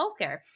healthcare